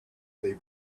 they